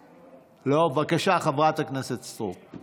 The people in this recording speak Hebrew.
בבקשה, חברת הכנסת סטרוק.